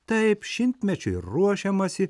taip šimtmečiui ruošiamasi